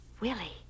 Willie